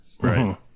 right